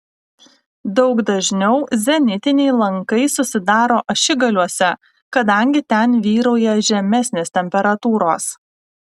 daug dažniau zenitiniai lankai susidaro ašigaliuose kadangi ten vyrauja žemesnės temperatūros